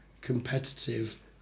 competitive